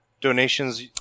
donations